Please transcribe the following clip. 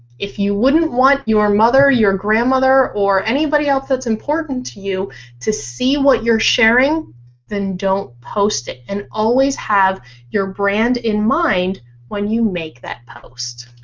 if you wouldn't want your mother, your grandmother, or anybody else that's important to you to see what you're sharing then don't post it and always have your brand in mind when you make that post.